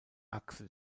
achse